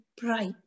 bright